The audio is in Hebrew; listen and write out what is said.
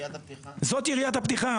זו יריית הפתיחה.